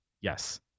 yes